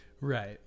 Right